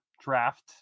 Draft